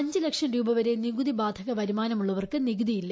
അഞ്ചുലക്ഷംരൂപ വരെ നികുതിബാധക വരുമാനുമുള്ളവർക്ക് നികുതിയില്ല